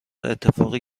اتفاقی